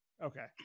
Okay